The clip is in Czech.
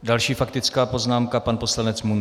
Další faktická poznámka pan poslanec Munzar.